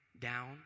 down